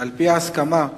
על-פי ההסכמה,